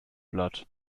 blatt